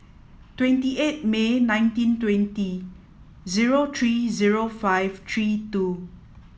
twenty eight May nineteen twenty zero three zero five three two